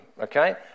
Okay